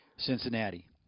Cincinnati